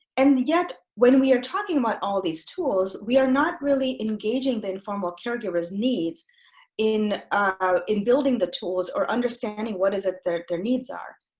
and yet when we are talking about all these tools we are not really engaging the informal caregivers needs in in building the tools or understanding what is it their their needs are.